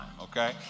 okay